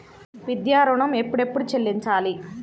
విద్యా ఋణం ఎప్పుడెప్పుడు చెల్లించాలి?